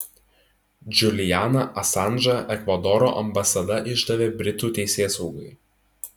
džulianą asanžą ekvadoro ambasada išdavė britų teisėsaugai